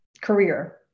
career